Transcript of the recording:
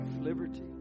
liberty